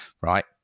right